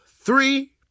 three